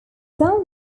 done